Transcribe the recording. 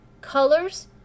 Colors